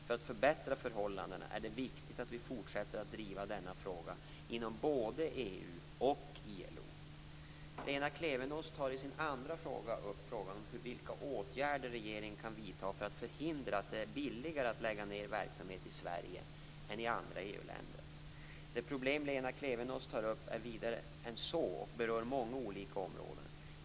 För att förbättra förhållandena är det viktigt att vi fortsätter att driva denna fråga inom både EU och ILO. Lena Klevenås tar i sin andra fråga upp vilka åtgärder regeringen kan vidta för att förhindra att det är billigare att lägga ned verksamheten i Sverige än i andra EU-länder. Det problem Lena Klevenås tar upp är vidare än så och berör många olika områden.